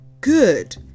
good